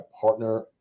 partner